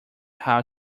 how